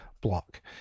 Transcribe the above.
block